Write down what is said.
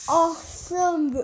awesome